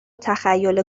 تخیل